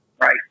Right